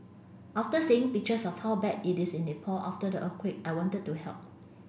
after seeing pictures of how bad it is in Nepal after the earthquake I wanted to help